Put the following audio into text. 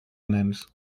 nens